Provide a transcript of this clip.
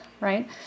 right